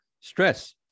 stress